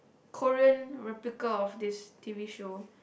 Korean replica of this t_v show